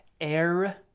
air